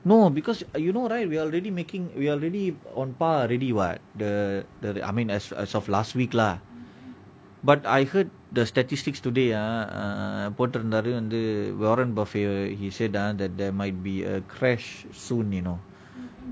no because uh you know right we are already making we already on par already [what] the I mean as of last week lah but I heard the statistics today ah err போடு இருந்தாரு:potu irunthaaru warren buffet he said and there might be a crash soon you know